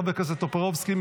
חבר הכנסת טופורובסקי?